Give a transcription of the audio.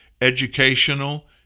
educational